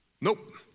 nope